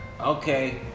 okay